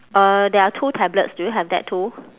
uh there are two tablets do you have that too